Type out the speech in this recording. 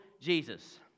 Jesus